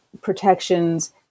protections